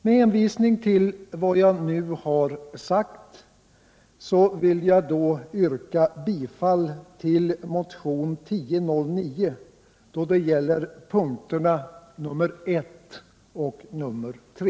Med hänvisning till vad jag nu har sagt vill jag yrka bifall till motionen 1009 då det gäller punkterna 1 och 3.